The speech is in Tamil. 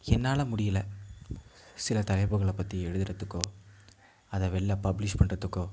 என்னால் முடியல சில தலைப்புகளை பற்றி எழுதுறத்துக்கோ அதை வெளியில் பப்லிஷ் பண்றத்துக்கோ